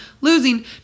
losing